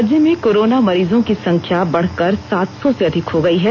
राज्य में कोरोना मरीजो की संख्या बढ़कर सातसौ से अधिक हो गई है